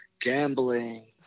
gambling